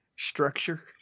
Structure